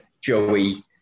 Joey